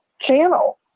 channel